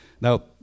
Now